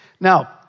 Now